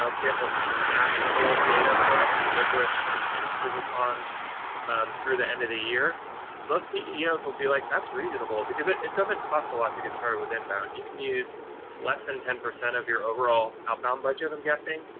um get at least some actionable data for us to live with and and improve upon through the end of the year most ceo's will be like, that's reasonable. because it doesn't cost a lot to get started with inbound. you can use less than ten percent of your overall outbound budget, i'm guessing,